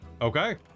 okay